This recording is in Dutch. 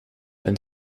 een